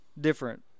different